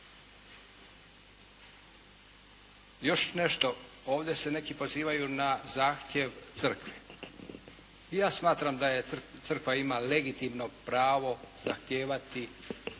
Još nešto. Ovdje se neki pozivaju na zahtjev crkve. I ja smatram da crkva ima legitimno pravo zahtijevati ono